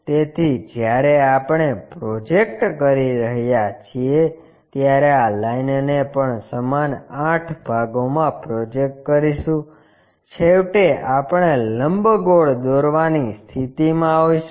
તેથી જ્યારે આપણે પ્રોજેક્ટ કરી રહ્યા છીએ ત્યારે આ લાઇનને પણ સમાન 8 ભાગોમાં પ્રોજેક્ટ કરીશું છેવટે આપણે લંબગોળ દોરવાની સ્થિતિમાં હોઈશું